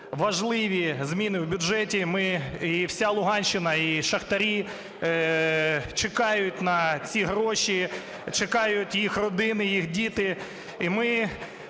важливі зміни в бюджеті. І вся Луганщина, і шахтарі чекають на ці гроші, чекають їх родини, їх діти.